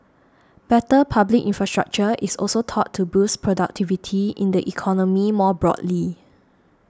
better public infrastructure is also thought to boost productivity in the economy more broadly